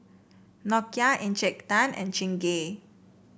Nokia Encik Tan and Chingay